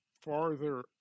farther